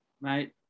Mate